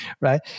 right